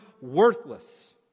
worthless